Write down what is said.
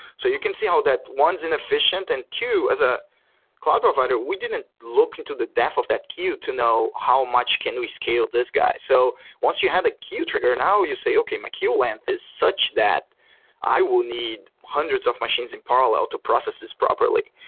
so you can see how that one is inefficient. and two, as a cloud provider we didn't look into the depth of that queue to know how much can we scale this guy. so once you had a queue trigger, now you say, okay, my queue length is such that i will need hundreds of machines in parallel to process this properly.